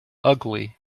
ugly